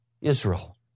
Israel